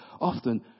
often